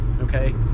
okay